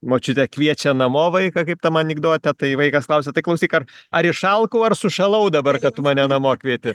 močiutė kviečia namo vaiką kaip tam anekdote tai vaikas klausia tai klausyk ar ar išalkau ar sušalau dabar kad tu mane namo kvieti